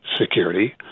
security